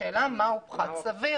השאלה היא מהו פחת סביר.